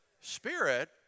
Spirit